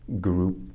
group